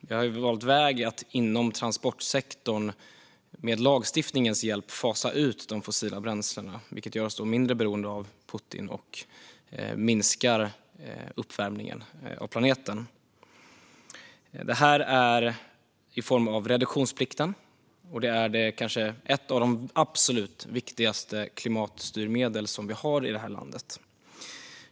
Vi har valt att inom transportsektorn, med lagstiftningens hjälp, fasa ut de fossila bränslena, vilket gör oss mindre beroende av Putin och minskar uppvärmningen av planeten. Det är i form av reduktionsplikten, och det är kanske ett av de absolut viktigaste klimatstyrmedel som vi har i det här landet.